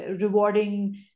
rewarding